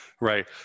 Right